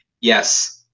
yes